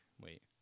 Wait